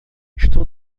estou